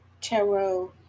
tarot